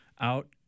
out